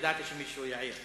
ידעתי שמישהו יעיר.